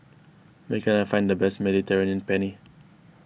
where can I find the best Mediterranean Penne